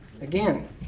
again